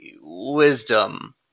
wisdom